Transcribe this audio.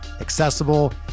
accessible